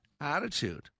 attitude